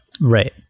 Right